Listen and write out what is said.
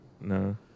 No